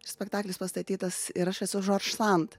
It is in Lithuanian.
ir spektaklis pastatytas ir aš esu žorš sant